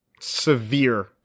severe